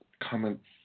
comments